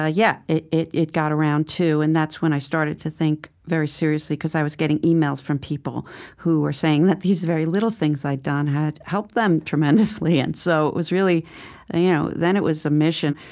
ah yeah, it it got around, too, and that's when i started to think very seriously, because i was getting emails from people who were saying that these very little things i'd done had helped them tremendously. and so it was really you know then it was a mission.